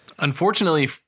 Unfortunately